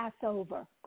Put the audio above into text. Passover